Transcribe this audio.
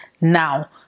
now